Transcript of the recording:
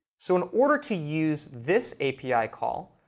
so in order to use this api call,